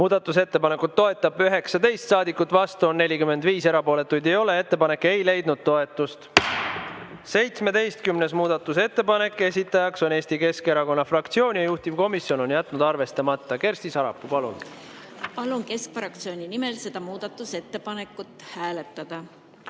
palun! Ettepanekut toetab 18 saadikut, vastu on 44 ja erapooletuid ei ole. Ettepanek ei leidnud toetust. 21. muudatusettepanek, esitaja on Eesti Keskerakonna fraktsioon, juhtivkomisjon on jätnud arvestamata. Kersti Sarapuu, palun! Palun keskfraktsiooni nimel seda muudatusettepanekut hääletada.